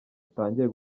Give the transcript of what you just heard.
utangire